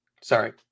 sorry